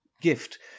gift